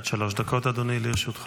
עד שלוש דקות, אדוני, לרשותך.